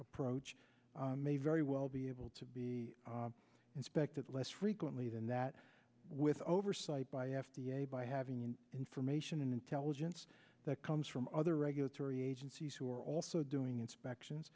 approach may very well be able to be inspected less frequently than that with oversight by f d a by having the information in intelligence that comes from other regulatory agencies who are also doing inspections